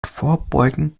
vorbeugen